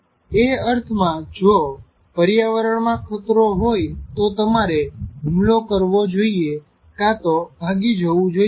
એ અર્થમાં જો પર્યાવરણમાં ખતરો હોય તો તમારે હુમલો કરવો જોઈએ કા તો ભાગી જવું જોઈએ